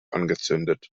angezündet